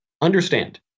understand